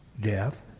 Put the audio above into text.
death